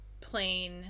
plain